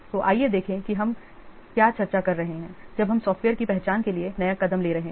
तो आइए देखें कि अब हम क्या चर्चा कर रहे हैं अब हम सॉफ्टवेयर की पहचान के लिए नया कदम ले रहे हैं